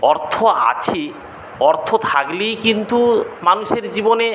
অর্থ আছে অর্থ থাকলেই কিন্তু মানুষের জীবনে